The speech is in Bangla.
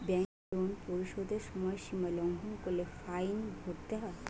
ব্যাংকের লোন পরিশোধের সময়সীমা লঙ্ঘন করলে ফাইন ভরতে হয়